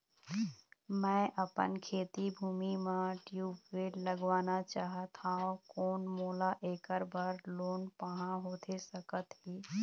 मैं अपन खेती भूमि म ट्यूबवेल लगवाना चाहत हाव, कोन मोला ऐकर बर लोन पाहां होथे सकत हे?